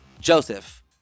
Joseph